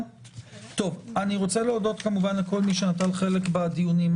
אני רוצה להודות כמובן לכל מי שנטל חלק בדיונים.